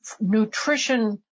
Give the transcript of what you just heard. nutrition